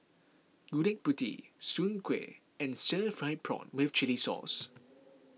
Gudeg Putih Soon Kueh and Stir Fried Prawn with Chili Sauce